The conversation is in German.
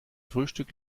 frühstück